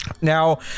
Now